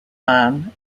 man